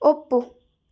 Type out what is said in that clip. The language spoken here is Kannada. ಒಪ್ಪು